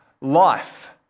life